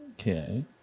Okay